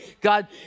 God